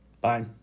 Bye